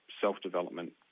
self-development